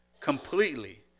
completely